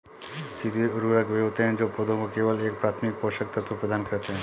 सीधे उर्वरक वे होते हैं जो पौधों को केवल एक प्राथमिक पोषक तत्व प्रदान करते हैं